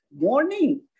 morning